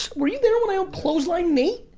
were you there when i clothes lined nate.